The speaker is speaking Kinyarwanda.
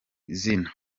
izina